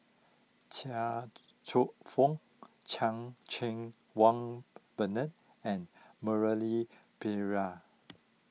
Chia Cheong Fook Chan Cheng Wah Bernard and Murali Pillai